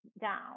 down